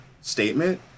statement